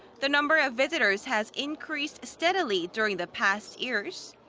the number of visitors has increased steadily during the past years.